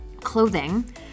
Clothing